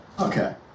Okay